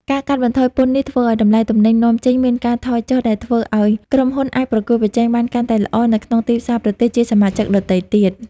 ការកាត់បន្ថយពន្ធនេះ ធ្វើឲ្យតម្លៃទំនិញនាំចេញមានការថយចុះ ដែលធ្វើឲ្យក្រុមហ៊ុនអាចប្រកួតប្រជែងបានកាន់តែល្អនៅក្នុងទីផ្សារប្រទេសជាសមាជិកដទៃទៀត។